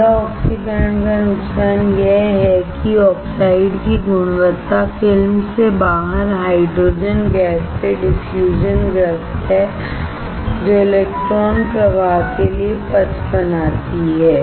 गीले ऑक्सीकरण का नुकसान यह है कि ऑक्साइड की गुणवत्ता फिल्म से बाहर हाइड्रोजन गैस के डिफ्यूजन ग्रस्त है जो इलेक्ट्रॉन प्रवाह के लिए पथ बनाती है